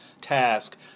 task